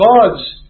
God's